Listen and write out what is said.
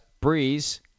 Breeze